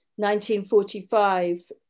1945